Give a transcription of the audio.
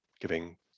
giving